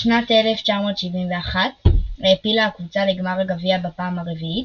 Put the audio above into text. בשנת 1971 העפילה הקבוצה לגמר הגביע בפעם הרביעית,